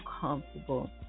comfortable